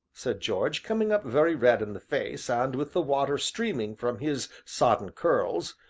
said george, coming up very red in the face, and with the water streaming from his sodden curls,